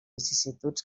vicissituds